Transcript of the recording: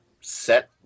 set